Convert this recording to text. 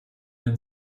den